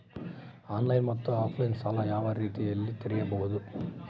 Online ಮತ್ತೆ offline ಸಾಲ ಯಾವ ಯಾವ ರೇತಿನಲ್ಲಿ ತೇರಿಸಬಹುದು?